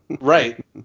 Right